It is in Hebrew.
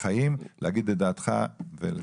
והצלת חיים, להגיד את דעתך ולסיים.